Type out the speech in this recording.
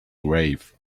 grave